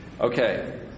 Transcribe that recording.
Okay